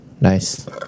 Nice